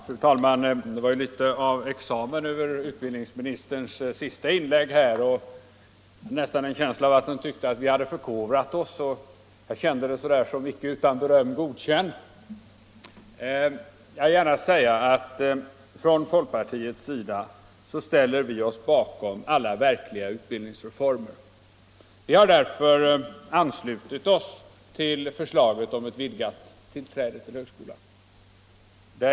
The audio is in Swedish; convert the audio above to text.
Fru talman! Det var litet av examen över utbildningsministerns senaste inlägg — jag hade nästan en känsla av att han tyckte att vi hade förkovrat oss, att han gav oss betyget Icke utan beröm godkänd. Från folkpartiets sida ställer vi oss bakom alla verkliga utbildningsreformer. Vi har därför anslutit oss till förslaget om vidgat tillträde till högskolan.